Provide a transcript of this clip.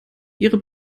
ihre